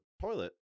toilet